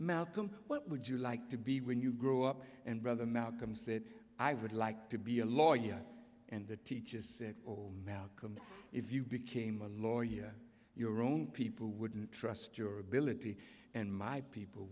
malcolm what would you like to be when you grow up and brother malcolm said i would like to be a lawyer and the teacher said oh malcolm if you became a lawyer your own people wouldn't trust your ability and my people